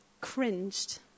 cringed